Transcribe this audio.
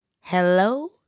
Hello